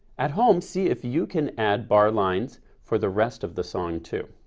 at home, see if you can add bar lines for the rest of the song too.